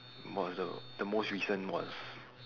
the most though the most recent was